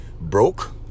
broke